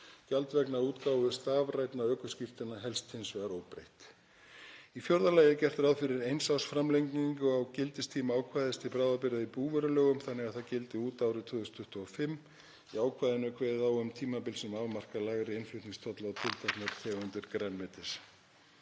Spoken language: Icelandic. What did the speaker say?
Gjald vegna útgáfu stafrænna ökuskírteina helst hins vegar óbreytt. Í fjórða lagi er gert ráð fyrir eins árs framlengingu á gildistíma ákvæðis til bráðabirgða í búvörulögum þannig að það gildi út árið 2025. Í ákvæðinu er kveðið á um tímabil sem afmarka lægri innflutningstolla á tilteknar tegundir grænmetis.